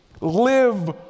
live